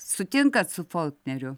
sutinkat su folkneriu